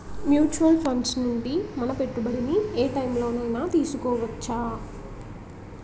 Mutual funds నుండి మన పెట్టుబడిని ఏ టైం లోనైనా తిరిగి తీసుకోవచ్చా?